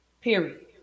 Period